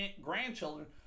grandchildren